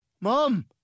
Mom